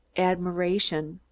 admiration,